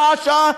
שעה-שעה,